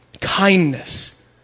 kindness